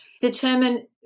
determine